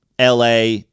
LA